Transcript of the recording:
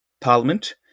Parliament